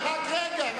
רק רגע.